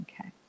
Okay